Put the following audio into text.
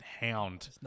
hound